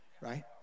right